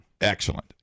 Excellent